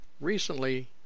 Recently